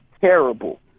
terrible